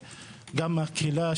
גם מהקהילה,